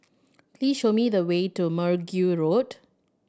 please show me the way to Mergui Road